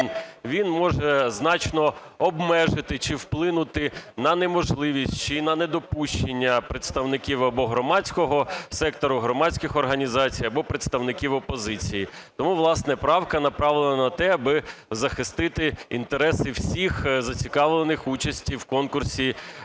він може значно обмежити чи вплинути на неможливість чи на недопущення представників або громадського сектору, громадських організацій, або представників опозиції. Тому, власне, правка направлена на те, аби захистити інтереси всіх зацікавлених в участі в конкурсі